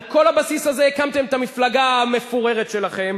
על כל הבסיס הזה הקמתם את המפלגה המפוררת שלכם,